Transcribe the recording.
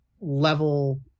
level